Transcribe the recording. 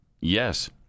Yes